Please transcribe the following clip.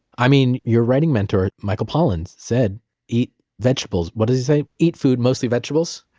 i mean, your writing mentor, michael pollan, said eat vegetables. what does he say? eat food, mostly vegetables?